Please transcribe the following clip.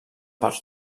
per